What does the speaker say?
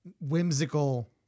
whimsical